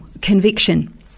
conviction